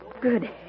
Good